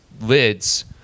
lids